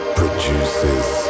produces